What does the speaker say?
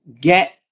get